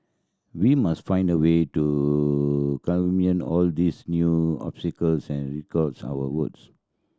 we must find a way to all these new obstacles and records our votes